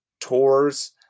tours